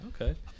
Okay